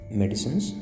medicines